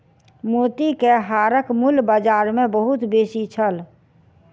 मोती के हारक मूल्य बाजार मे बहुत बेसी छल